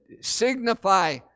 signify